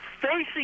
facing